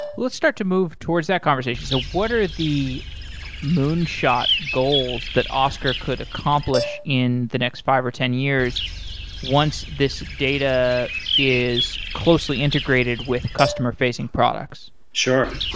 let's start to move towards that conversation. so what are the moonshot goals that oscar could accomplish in the next five or ten years once this data is is closely integrated with customer facing products? sure.